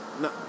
No